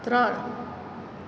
ત્રણ